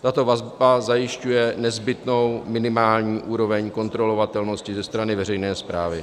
Tato vazba zajišťuje nezbytnou minimální úroveň kontrolovatelnosti ze strany veřejné správy.